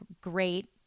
great